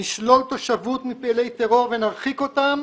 לשלול תושבות מתושבי טרור ונרחיק אותם